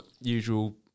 Usual